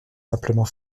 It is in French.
simplement